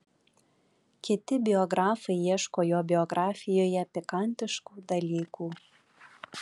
kiti biografai ieško jo biografijoje pikantiškų dalykų